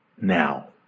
now